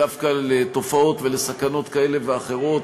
מה זה אומר?